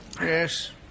Yes